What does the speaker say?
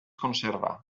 conserva